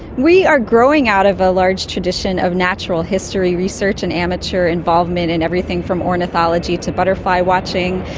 we are growing out of a large tradition of natural history research and amateur involvement in everything from ornithology to butterfly watching,